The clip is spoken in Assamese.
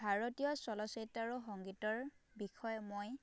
ভাৰতীয় চলচিত্ৰ আৰু সংগীতৰ বিষয়ে মই